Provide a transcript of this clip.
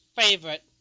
favorite